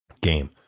game